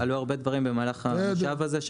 עלו הרבה דברים במהלך המושב הזה,